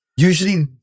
Usually